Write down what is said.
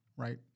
Right